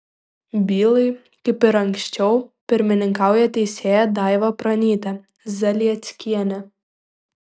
bylai kaip ir anksčiau pirmininkauja teisėja daiva pranytė zalieckienė